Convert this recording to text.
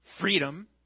freedom